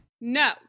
No